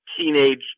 teenage